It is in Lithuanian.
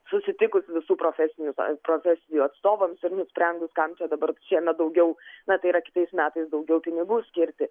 susitikus visų profesinių profesijų atstovams ir nusprendus kam čia dabar šiemet daugiau na tai yra kitais metais daugiau pinigų skirti